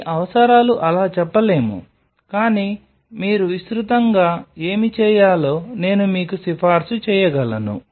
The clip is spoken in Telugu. మీ అవసరాలు అలా చెప్పలేము కానీ మీరు విస్తృతంగా ఏమి చేయాలో నేను మీకు సిఫార్సు చేయగలను